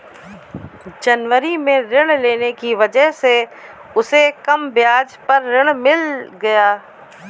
जनवरी में ऋण लेने की वजह से उसे कम ब्याज पर ऋण मिल गया